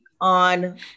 on